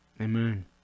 Amen